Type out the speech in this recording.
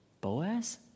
Boaz